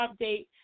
update